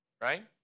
Right